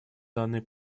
данный